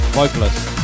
vocalist